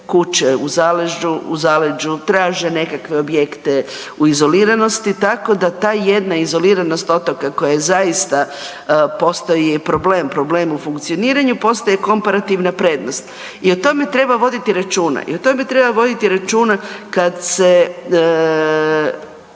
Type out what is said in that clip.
kuće u zaleđu, traže nekakve objekte u izoliranosti tako da ta jedna izoliranost otoka koja je zaista postoji problem, problem u funkcioniraju postaje komparativna prednost. I o tome treba voditi računa. I o tome treba voditi računa kad se,